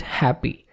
happy